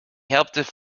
helped